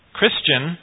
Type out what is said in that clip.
Christian